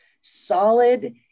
solid